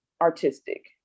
artistic